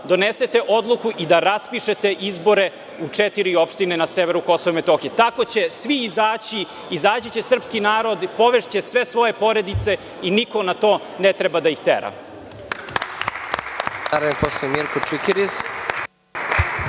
donesete odluku i da raspišete izbore u četiri opštine na severu KiM. Tako će svi izaći, izaći će srpski narod, povešće sve svoje porodice i niko na to ne treba da ih tera.